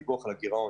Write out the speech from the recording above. הדיווח על הגירעון,